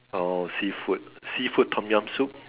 oh seafood seafood Tom-Yum soup